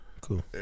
Cool